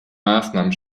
maßnahmen